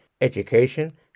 education